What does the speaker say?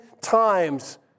times